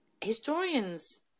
Historians